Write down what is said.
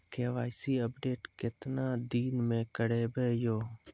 KYC update केतना दिन मे करेबे यो?